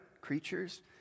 Creatures